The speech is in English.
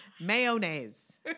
Mayonnaise